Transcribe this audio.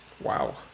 Wow